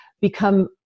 become